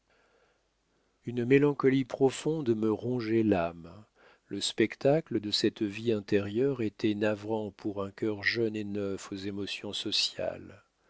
une mélancolie profonde me rongeait l'âme le spectacle de cette vie intérieure était navrant pour un cœur jeune et neuf aux émotions sociales